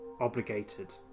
obligated